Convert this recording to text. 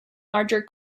larger